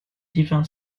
divin